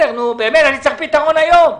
אני צריך פתרון היום.